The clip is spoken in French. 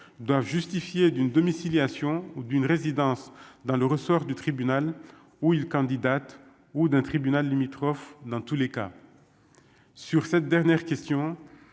doivent justifier d'une domiciliation ou d'une résidence dans le ressort du tribunal où il candidate ou d'un tribunal limitrophes dans tous les cas sur cette dernière question,